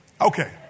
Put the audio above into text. Okay